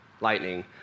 lightning